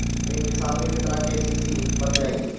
एक किसान के केतना के.सी.सी बन जाइ?